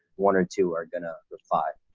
one or two are gonna reply.